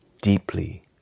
deeply